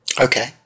Okay